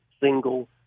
single